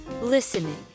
Listening